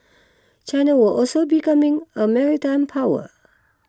China will also becoming a maritime power